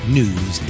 news